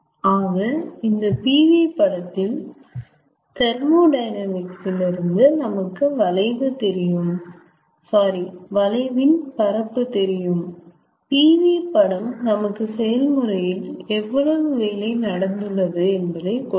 ஆக இந்த pv படத்தில் தெர்மோடையனாமிக்ஸ் இல் இருந்து நமக்கு வளைவு தெரியும் சாரி வளைவின் பரப்பு தெரியும் pv படம் நமக்கு செயல்முறையில் எவ்வளவு வேலை நடந்துள்ளது என்பதை கொடுக்கும்